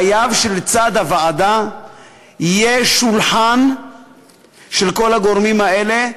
חייב שלצד הוועדה יהיה שולחן של כל הגורמים האלה,